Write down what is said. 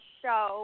show